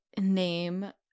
name